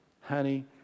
Honey